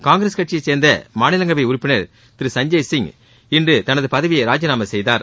காங்கிரஸ் கட்சியை சேர்ந்த மாநிலங்களை உறுப்பினர் திரு சஞ்சய் சிங் இன்று தனது பதவியை ராஜினாமா செய்தார்